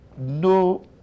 No